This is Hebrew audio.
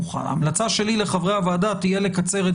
ההמלצה שלי לחברי הוועדה תהיה לקצר את